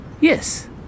yes